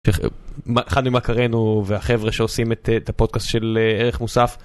חני מאקרנו והחבר'ה שעושים את הפודקאסט של ערך מוסף.